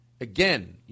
Again